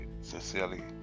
sincerely